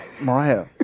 Mariah